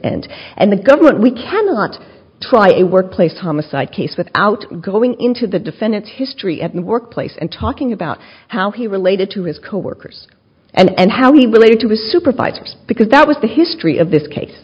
end and the government we cannot try a workplace homicide case without going into the defendant's history at the workplace and talking about how he related to his coworkers and how he related to his supervisors because that was the history of this case